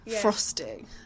frosting